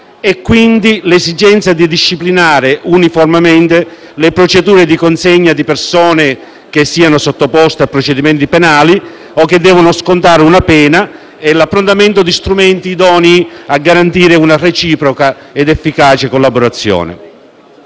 e, quindi, l'esigenza di disciplinare uniformemente le procedure di consegna di persone che sono sottoposte a procedimenti penali o che devono scontare una pena e l'approntamento di strumenti idonei a garantire una reciproca ed efficace collaborazione.